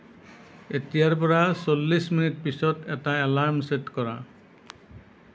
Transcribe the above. এতিয়াৰ পৰা চল্লিচ মিনিট পিছত এটা এলাৰ্ম ছেট কৰা